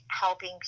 helping